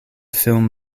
film